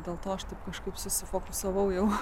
dėl to aš taip kažkaip susifokusuodavau